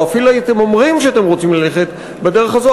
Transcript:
או אפילו הייתם אומרים שאתם רוצים ללכת בדרך הזו,